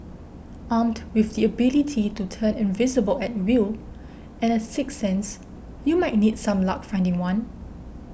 armed with the ability to turn invisible at will and a sixth sense you might need some luck finding one